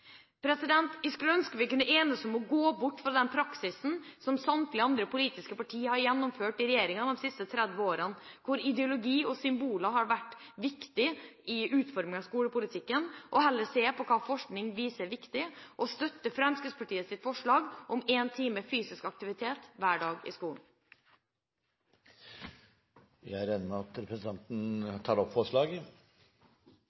generelt. Jeg skulle ønske vi kunne enes om å gå bort fra den praksisen som samtlige andre politiske partier har gjennomført i regjering de siste 30 årene, hvor ideologi og symboler har vært viktige i utformingen av skolepolitikken, og heller se på hva forskning viser er viktig, og støtte Fremskrittspartiets forslag om en time fysisk aktivitet hver dag i skolen. Presidenten regner med at representanten